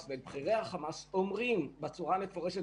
עם זאת,